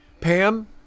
Pam